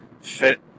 fit